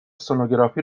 سنوگرافی